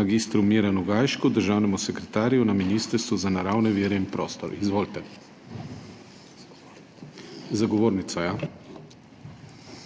mag. Miranu Gajšku, državnemu sekretarju na Ministrstvu za naravne vire in prostor. Izvolite. Za govornico, ja.